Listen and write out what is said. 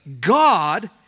God